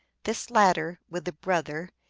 this latter, with the brother,